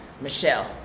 Michelle